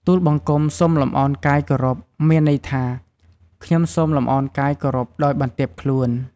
ទូលបង្គំសូមលំអោនកាយគោរព មានន័យថា "ខ្ញុំសូមលំអោនកាយគោរពដោយបន្ទាបខ្លួន"។